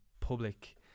public